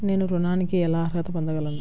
నేను ఋణానికి ఎలా అర్హత పొందగలను?